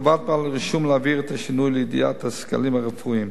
חובת בעל הרישום להביא את השינוי לידיעת הסגלים הרפואיים.